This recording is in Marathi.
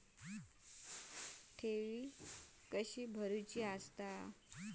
ठेवी कशी भरूची?